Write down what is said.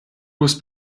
was